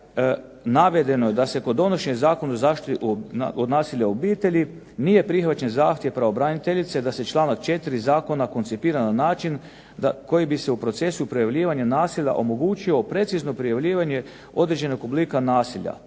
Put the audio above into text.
navedeno je da se kod donošenja Zakona o zaštiti od nasilja u obitelji nije prihvaćen zahtjev pravobraniteljice da se članak 4. Zakona koncipira na način koji bi se u procesu prijavljivanja nasilja omogućio precizno prijavljivanje određenog oblika nasilja.